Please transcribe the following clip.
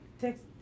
Text